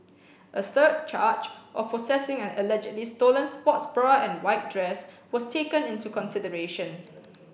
a third charge of possessing an allegedly stolen sports bra and white dress was taken into consideration